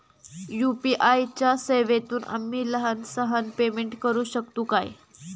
UPI च्या सेवेतून आम्ही लहान सहान पेमेंट करू शकतू काय?